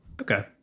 Okay